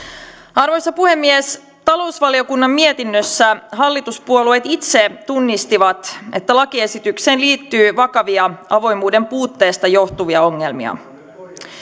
arvoisa puhemies talousvaliokunnan mietinnössä hallituspuolueet itse tunnistivat että lakiesitykseen liittyy vakavia avoimuuden puutteesta johtuvia ongelmia